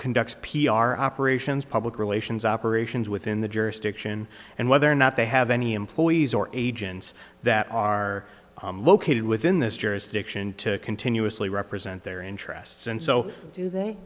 conducts p r operations public relations operations within the jurisdiction and whether or not they have any employees or agents that are located within this jurisdiction to continuously represent their interests and so